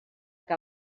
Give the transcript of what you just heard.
que